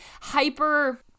hyper